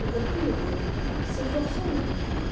et reprit le volume s'efforçant d'oublier